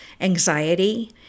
anxiety